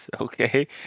Okay